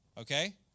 okay